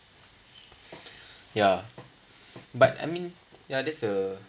ya but I mean ya that's a